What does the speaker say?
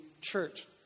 church